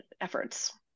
efforts